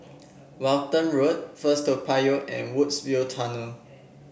Walton Road First Toa Payoh and Woodsville Tunnel